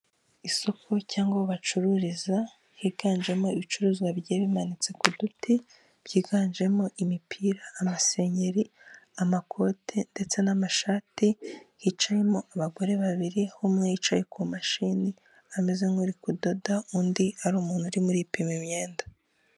Isoko cyangwa aho bacururiza higanjemo ibicuruzwa bimanitse ku duti byiganjemo imipira, amasengeri, amakote ndetse n'amashati, hicayemo abagore babiri, umwe yicaye ku mashini ameze nkuri kudoda, undi ari umuntu urimo aripima imyenda.